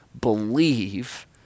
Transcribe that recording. believe